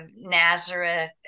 Nazareth